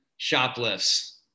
Shoplifts